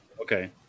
Okay